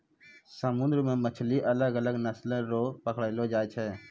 समुन्द्र मे मछली अलग अलग नस्ल रो पकड़लो जाय छै